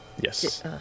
Yes